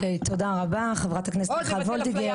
אוקיי, תודה רבה חברת הכנסת מיכל וולדיגר.